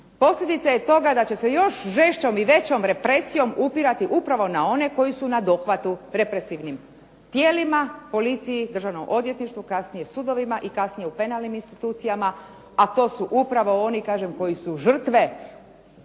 posljedica je toga da će se još žešćom i većom represijom upirati upravo na one koji su na dohvatu represivnim tijelima, policiji, Državnom odvjetništvu, kasnije sudovima i kasnije u penalnim institucijama a to su upravo oni kažem koji su žrtve, koji